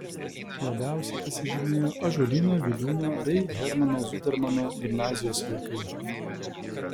labiausiai pasižymėjo ąžuolyno vydūno bei hermano zudermano gimnazijos vaikai